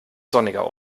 sonniger